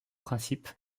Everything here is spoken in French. principes